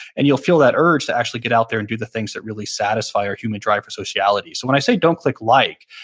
and you'll feel that urge to actually get out there and do the things that really satisfy our human drive for sociology. so when i say don't click like,